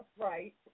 Right